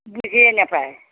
বুজিয়ে নাপায়